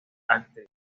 actriz